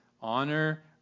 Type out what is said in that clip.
Honor